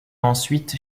ensuite